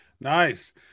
Nice